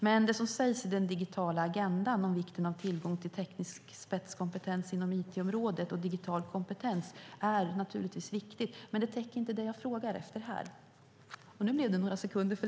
Det som sägs i den digitala agendan om vikten av tillgång till teknisk spetskompetens inom it-området och digital kompetens är naturligtvis viktigt, men det täcker inte det jag frågar efter här.